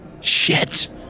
Shit